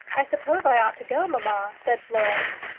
i suppose i ought to go, mamma? said florence.